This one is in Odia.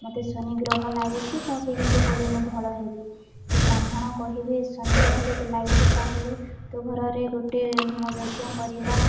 ମୋତେ ଶନି ଗ୍ରହ ଲାଗିଛି ତ କେମିତି କରି ମୁଁ ଭଲ ହେବି ସେ ବ୍ରାହ୍ମଣ କହିବେ ଶନି ଗ୍ରହ ଯଦି ଲାଗିଛିି ତାହେଲେ ତୁମ ଘରରେ ଗୋଟେ ହୋମ ଯଜ୍ଞ କରିବା